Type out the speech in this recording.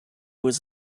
was